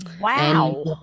Wow